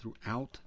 throughout